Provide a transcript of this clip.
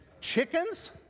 Chickens